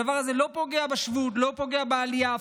הדבר הזה לא פוגע בשבות, לא פוגע בעלייה.